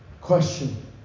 question